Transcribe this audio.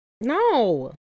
no